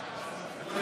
שמונה מתנגדים,